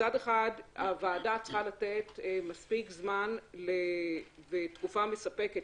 מצד אחד הוועדה צריכה לתת מספיק זמן ותקופה מספקת